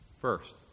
First